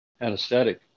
anesthetic